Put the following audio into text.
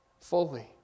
fully